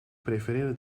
prefereren